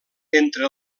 entre